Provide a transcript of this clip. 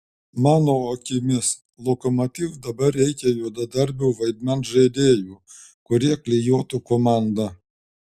mano akimis lokomotiv dabar reikia juodadarbių vaidmens žaidėjų kurie klijuotų komandą